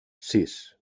sis